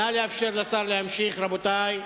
נא לאפשר לשר להמשיך, רבותי.